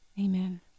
Amen